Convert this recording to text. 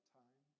time